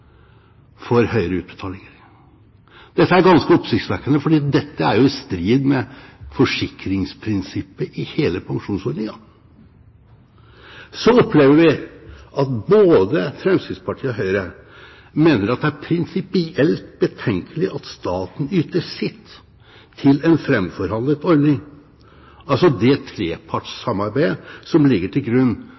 høyere utbetalinger. Dette er ganske oppsiktsvekkende, fordi det er i strid med forsikringsprinsippet i hele pensjonsordningen. Så opplever vi at både Fremskrittspartiet og Høyre mener at det er prinsipielt betenkelig at staten yter sitt til en framforhandlet ordning, altså det trepartssamarbeidet som ligger til grunn